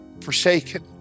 forsaken